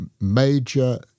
major